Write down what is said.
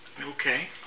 Okay